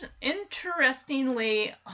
Interestingly